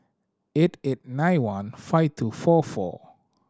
eight eight nine one five two four four